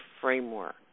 framework